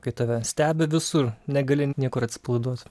kai tave stebi visur negali niekur atsipalaiduot